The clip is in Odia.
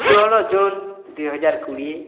ଷୋହଳ ଜୁନ୍ ଦୁଇହଜାର କୋଡ଼ିଏ